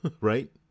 right